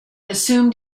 assumed